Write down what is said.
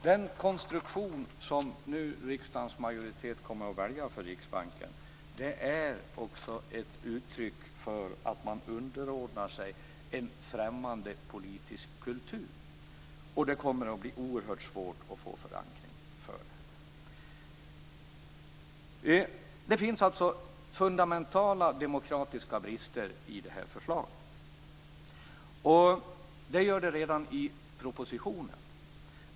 Den konstruktion som riksdagens majoritet nu kommer att välja för Riksbanken är ett uttryck för att man underordnar sig en främmande politisk kultur. Det kommer att bli oerhört svårt att få förankring för detta. Det finns alltså fundamentala demokratiska brister i förslaget. Det gör det redan i propositionen.